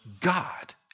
God